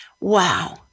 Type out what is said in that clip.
Wow